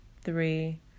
three